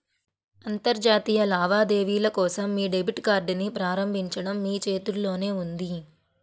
అంతర్జాతీయ లావాదేవీల కోసం మీ డెబిట్ కార్డ్ని ప్రారంభించడం మీ చేతుల్లోనే ఉంది